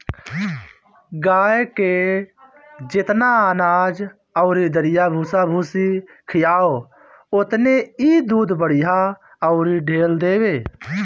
गाए के जेतना अनाज अउरी दरिया भूसा भूसी खियाव ओतने इ दूध बढ़िया अउरी ढेर देले